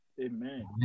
Amen